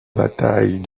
bataille